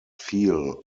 feel